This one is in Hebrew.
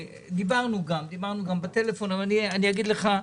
דיברנו, דיברנו גם בטלפון, אבל אגיד לך,